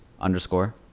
underscore